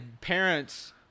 parents